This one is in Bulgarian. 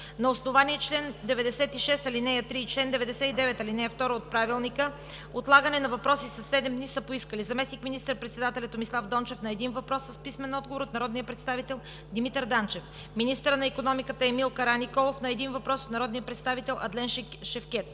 На основание чл. 96, ал. 3 и чл. 99, ал. 2 от Правилника отлагане на отговори със седем дни са поискали: - заместник министър-председателят Томислав Дончев – на един въпрос с писмен отговор от народния представител Димитър Данчев; - министърът на икономиката Емил Караниколов – на един въпрос от народния представител Адлен Шевкед;